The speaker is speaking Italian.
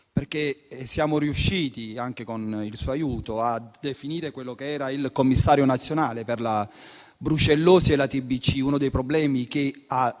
Siamo riusciti, anche con il suo aiuto, a definire quello che era il commissario nazionale per la brucellosi e la tbc, uno dei problemi che ha